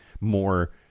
more